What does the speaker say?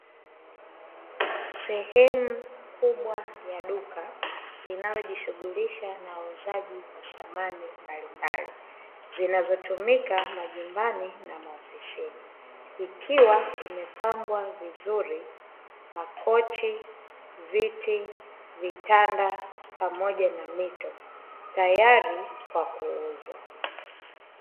Sehemu kubwa ya duka linalojishughulisha na uuzaji wa samani mbalimbali, zinazotumika majumbani na maofisini. Ikiwa imepangwa vizuri makochi, viti, vitanda pamoja na mito; tayari kwa kuuzwa.